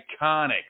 iconic